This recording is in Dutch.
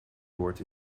woord